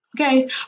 Okay